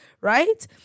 right